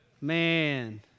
Man